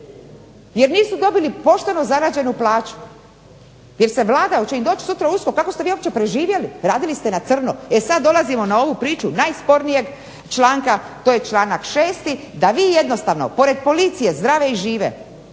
jer nisu dobili pošteno zarađenu plaću jer se Vlada, hoće im doći sutra USKOK, kako ste vi uopće preživjeli, radili ste na crno. E sad dolazimo na ovu priču najspornijeg članka, to je članak 6., da vi jednostavno pored Policije zdrave i žive,